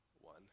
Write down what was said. one